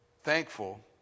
thankful